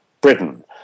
Britain